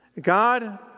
God